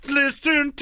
listen